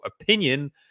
opinion